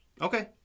Okay